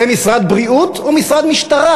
זה משרד בריאות או משרד משטרה?